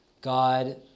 God